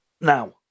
Now